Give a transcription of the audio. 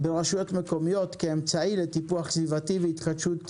ברשויות מקומיות כאמצעי לטיפוח סביבתי והתחדשות עירונית.